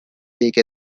take